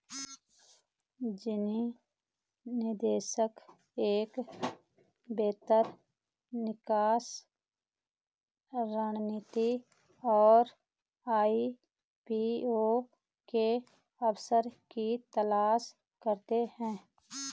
निजी निवेशक एक बेहतर निकास रणनीति और आई.पी.ओ के अवसर की तलाश करते हैं